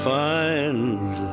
find